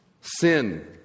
Sin